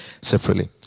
separately